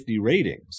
ratings